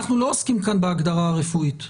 אנחנו לא עוסקים כאן בהגדרה הרפואית,